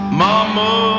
mama